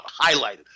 highlighted